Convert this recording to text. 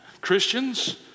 Christians